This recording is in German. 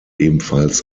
ebenfalls